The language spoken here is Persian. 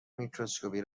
میکروسکوپی